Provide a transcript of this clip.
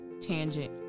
tangent